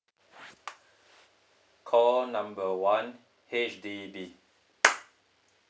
call number one H_D_B